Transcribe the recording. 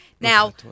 now